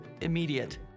immediate